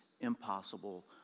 impossible